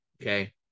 okay